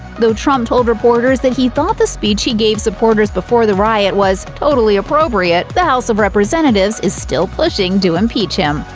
though trump told reporters that he thought the speech he gave supporters before the riot was totally appropriate, the house of representatives is still pushing to impeach him.